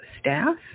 staff